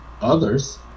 Others